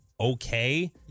okay